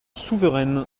souveraine